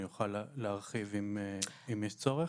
אני אוכל להרחיב אם יש צורך.